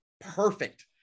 perfect